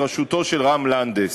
בראשותו של רם לנדס.